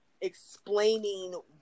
explaining